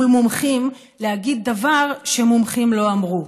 מול מומחים להגיד דבר שמומחים לא אמרו.